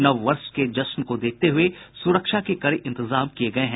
नव वर्ष के जश्न को देखते हुये सुरक्षा के कड़े इंतजाम किये गये हैं